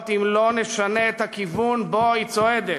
אם לא נשנה את הכיוון שבו היא צועדת.